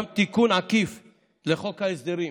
גם תיקון עקיף לחוק ההסדרים.